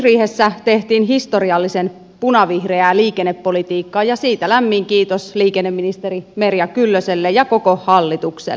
kehysriihessä tehtiin historiallisen punavihreää liikennepolitiikkaa siitä lämmin kiitos liikenneministeri merja kyllöselle ja koko hallitukselle